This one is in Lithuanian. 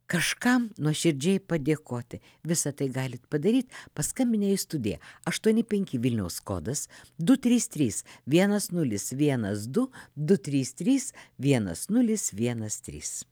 kažkam nuoširdžiai padėkoti visa tai galit padaryt paskambinę į studiją aštuoni penki vilniaus kodas du trys trys vienas nulis vienas du du trys trys vienas nulis vienas trys